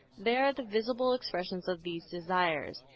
they are the visible expressions of these desires.